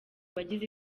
bagize